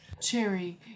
Cherry